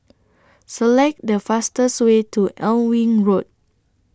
Select The fastest Way to Alnwick Road